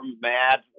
mad